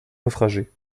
naufragés